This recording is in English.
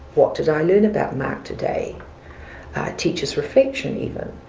what did i learn about mac today? a teacher's reflection even.